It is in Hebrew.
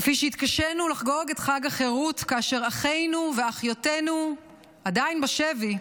כפי שהתקשינו לחגוג את חג החירות כאשר אחינו ואחיותינו עדיין בשבי,